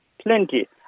plenty